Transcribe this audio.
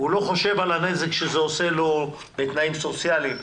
הוא לא חושב על הנזק שזה עושה לו בתנאים סוציאליים,